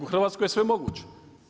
U Hrvatskoj je sve moguće.